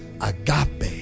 Agape